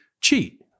cheat